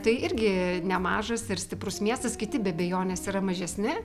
tai irgi nemažas ir stiprus miestas kiti be abejonės yra mažesni